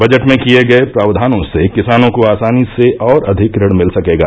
budget में किये गये प्रावधानों से किसानों को आसानी से और अधिक ऋण मिल सकेगा